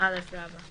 240א.";